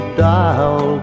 dial